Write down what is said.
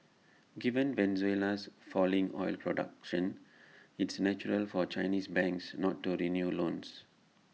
given Venezuela's falling oil production it's natural for Chinese banks not to renew loans